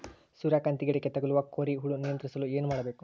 ಸೂರ್ಯಕಾಂತಿ ಗಿಡಕ್ಕೆ ತಗುಲುವ ಕೋರಿ ಹುಳು ನಿಯಂತ್ರಿಸಲು ಏನು ಮಾಡಬೇಕು?